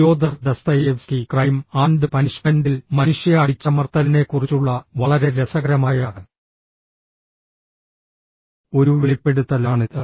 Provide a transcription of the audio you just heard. Fyodor Dostoevsky crime and പനിഷ്മെൻ്റിൽ മനുഷ്യ അടിച്ചമർത്തലിനെക്കുറിചുള്ള വളരെ രസകരമായ ഒരു വെളിപ്പെടുത്തലാണിത്